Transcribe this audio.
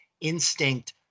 instinct